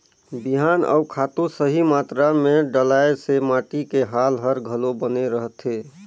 बिहान अउ खातू सही मातरा मे डलाए से माटी के हाल हर घलो बने रहथे